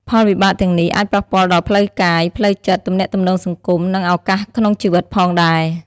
ផលវិបាកទាំងនេះអាចប៉ះពាល់ដល់ផ្លូវកាយ ផ្លូវចិត្ត ទំនាក់ទំនងសង្គម និងឱកាសក្នុងជីវិតផងដែរ។